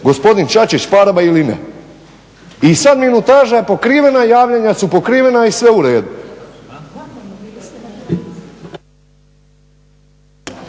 gospodine Čačić farba ili ne i sad minutaža je pokrivena, javljanja su pokrivena i sve u redu.